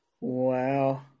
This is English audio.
Wow